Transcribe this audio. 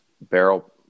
barrel